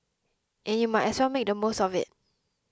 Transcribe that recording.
and you might as well make the most of it